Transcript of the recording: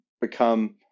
become